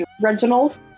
reginald